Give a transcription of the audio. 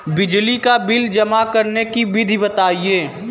बिजली का बिल जमा करने की विधि बताइए?